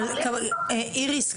אבל איריס,